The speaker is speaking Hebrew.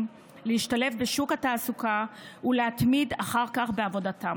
להשתלב בשוק התעסוקה ולהתמיד אחר כך בעבודתם.